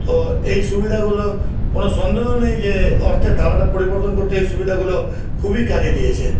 তো এই সুবিধাগুলো কোনো সন্দেহ নেই যে অর্থের ধারাটা পরিবর্তন করতে এই সুবিধাগুলো খুবই কাজে দিয়েছে